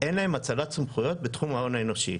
אין להם האצלת סמכויות בתחום ההון האנושי.